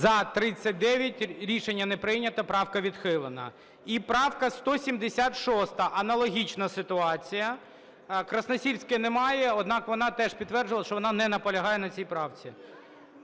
За-39 Рішення не прийнято. Правка відхилена. І правка 176, аналогічна ситуація. Красносільської немає, однак вона теж підтверджувала, що вона не наполягає на цій правці.